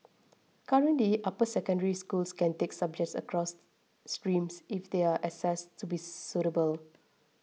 currently upper secondary students can take subjects across streams if they are assessed to be suitable